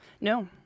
No